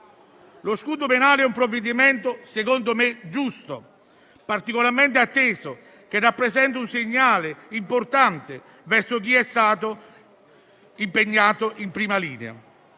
Lo scudo penale è un provvedimento, secondo me, giusto e particolarmente atteso, che rappresenta un segnale importante verso chi è stato impegnato in prima linea.